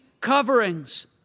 coverings